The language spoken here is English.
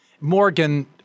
Morgan